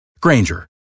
Granger